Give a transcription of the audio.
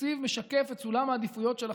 תקציב משקף את סולם העדיפויות של החברה.